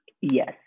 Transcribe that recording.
Yes